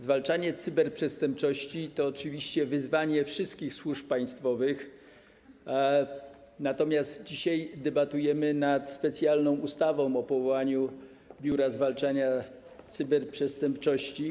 Zwalczanie cyberprzestępczości to oczywiście wyzwanie dla wszystkich służb państwowych, natomiast dzisiaj debatujemy nad specjalną ustawą o powołaniu Centralnego Biura Zwalczania Cyberprzestępczości.